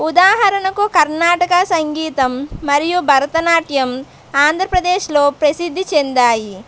ఉదాహరణకు కర్ణాటక సంగీతం మరియు భరతనాట్యం ఆంధ్రప్రదేశ్లో ప్రసిద్ధి చెందాయి